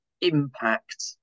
impact